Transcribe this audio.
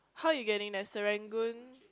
how you getting there Serangoon